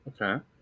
Okay